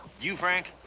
you, frank?